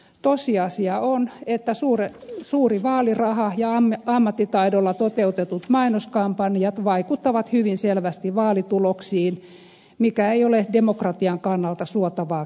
tosiasia on että suuri vaaliraha ja ammattitaidolla toteutetut mainoskampanjat vaikuttavat hyvin selvästi vaalituloksiin mikä ei ole demokratian kannalta suotavaa kehitystä